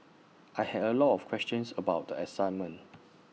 I had A lot of questions about the assignment